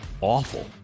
awful